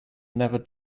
never